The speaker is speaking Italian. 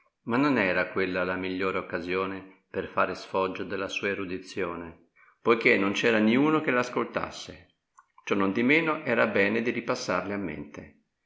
ma non era quella la migliore occasione per fare sfoggio della sua erudizione poichè non c'era niuno che l'ascoltasse ciò non di meno era bene di ripassarle a mente